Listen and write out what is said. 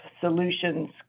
solutions